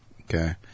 Okay